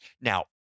Now